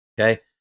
okay